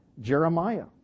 Jeremiah